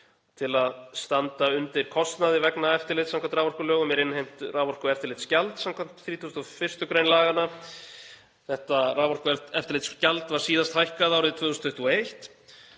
Til að standa undir kostnaði vegna eftirlits samkvæmt raforkulögum er innheimt raforkueftirlitsgjald samkvæmt 31. gr. laganna. Raforkueftirlitsgjald var síðast hækkað árið 2021.